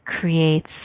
creates